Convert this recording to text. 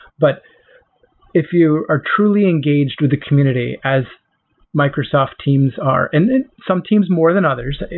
but if you are truly engaged with the community as microsoft teams are, and some teams more than others.